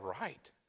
right